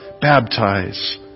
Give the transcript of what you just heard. Baptize